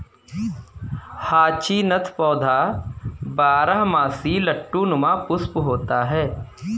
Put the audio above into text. hyacinth पौधा बारहमासी लट्टू नुमा पुष्प होता है